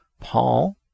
Paul